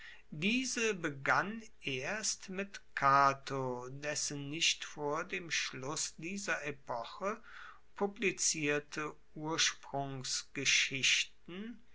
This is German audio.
diese begann erst mit cato dessen nicht vor dem schluss dieser epoche publizierte